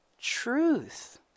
truth